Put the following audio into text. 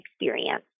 experience